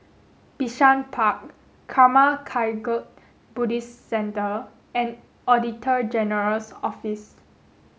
Bishan Park Karma Kagyud Buddhist Centre and Auditor General's Office